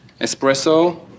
espresso